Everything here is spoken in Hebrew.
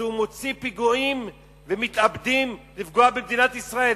אז הוא מוציא פיגועים ומתאבדים לפגוע במדינת ישראל.